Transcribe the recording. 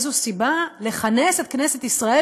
איזו סיבה לכנס את כנסת ישראל,